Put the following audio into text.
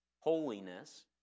holiness